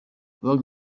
banki